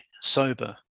sober